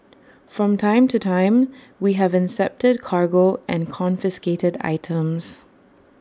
from time to time we have incepted cargo and confiscated items